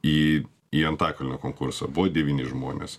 į į antakalnio konkursą buvo devyni žmonės